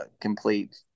complete